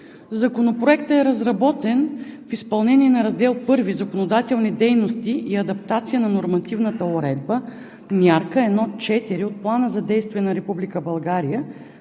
Законопроектът е разработен в изпълнение на Раздел I – „Законодателни дейности и адаптация на нормативната уредба“ Мярка 1.4 от Плана за действие на